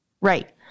Right